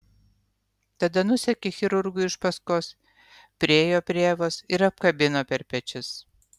tada nusekė chirurgui iš paskos priėjo prie evos ir apkabino per pečius